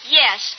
yes